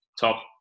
top